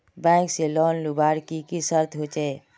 Bank से loan लुबार की की शर्त होचए?